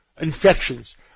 infections